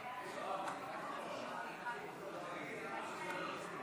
כי הצעת חוק הרשות לפיתוח הנגב (תיקון מס' 4)